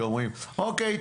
שאומרים: אוקיי,